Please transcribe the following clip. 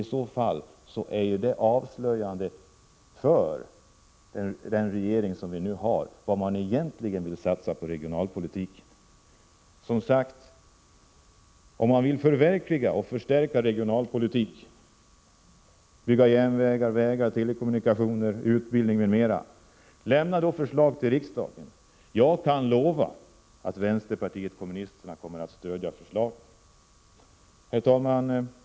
I så fall är det avslöjande för vad den regering som vi nu har egentligen vill satsa på regionalpolitiken. Som sagt: Om regeringen vill förstärka regionalpolitiken genom att satsa på järnvägar, vägar, telekommunikationer, utbildning m.m., lämna då förslag till riksdagen! Jag kan lova att vänsterpartiet kommunisterna kommer att stödja förslagen. Herr talman!